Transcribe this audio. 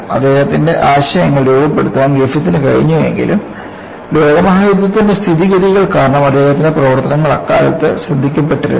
അദ്ദേഹത്തിന്റെ ആശയങ്ങൾ രൂപപ്പെടുത്താൻ ഗ്രിഫിത്തിന് കഴിഞ്ഞുവെങ്കിലും ലോകമഹായുദ്ധത്തിന്റെ സ്ഥിതിഗതികൾ കാരണം അദ്ദേഹത്തിന്റെ പ്രവർത്തനങ്ങൾ അക്കാലത്ത് ശ്രദ്ധിക്കപ്പെട്ടിരുന്നില്ല